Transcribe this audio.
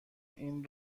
این